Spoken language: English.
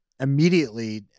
immediately